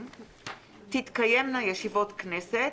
תתקיימנה ישיבות כנסת,